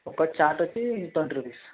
ఒక్క చార్టొచ్చి twenty rupees